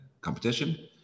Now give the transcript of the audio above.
competition